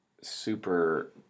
super